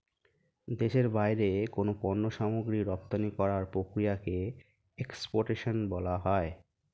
দেশের বাইরে কোনো পণ্য সামগ্রী রপ্তানি করার প্রক্রিয়াকে এক্সপোর্টেশন বলা হয়